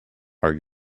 are